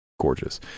gorgeous